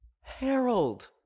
Harold